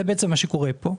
זה מה שקורה פה.